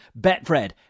Betfred